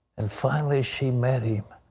and finally she met him.